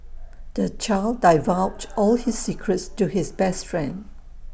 the child divulged all his secrets to his best friend